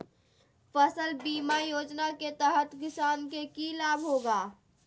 फसल बीमा योजना के तहत किसान के की लाभ होगा?